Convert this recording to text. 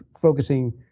focusing